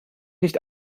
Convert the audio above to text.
nicht